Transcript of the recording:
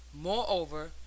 Moreover